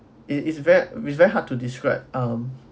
it's it's ve~ it's very hard to describe um